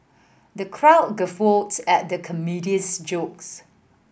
the crowd guffawed at the comedian's jokes